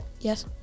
Yes